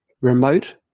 remote